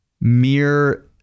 mere